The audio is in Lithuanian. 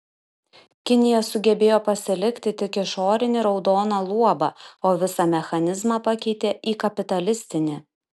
kinija sugebėjo pasilikti tik išorinį raudoną luobą o visą mechanizmą pakeitė į kapitalistinį